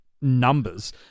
numbers